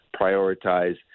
prioritize